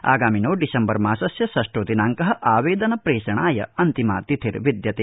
आगामिनो December मासस्य षष्ठो दिनांकः आवेदन प्रेषणाय अन्तिमा तिथिर्विद्यते